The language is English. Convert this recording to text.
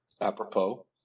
Apropos